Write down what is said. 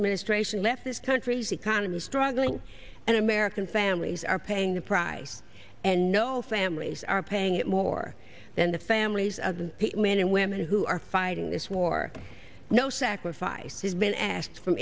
administration left this country's economy struggling and american families are paying the price and no families are paying it more than the families of the men and women who are fighting this war no sacrifice has been asked f